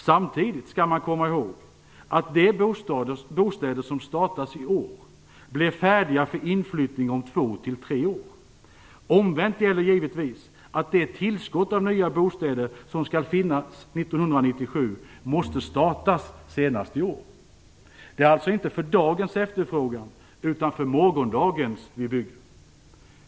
Samtidigt skall man komma ihåg att de bostäder som startas i år blir färdiga för inflyttning om två till tre år. Omvänt gäller givetvis att det tillskott av nya bostäder som skall finnas 1997 måste startas senast i år. Det är alltså inte för dagens efterfrågan utan för morgondagens vi bygger.